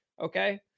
Okay